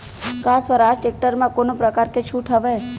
का स्वराज टेक्टर म कोनो प्रकार के छूट हवय?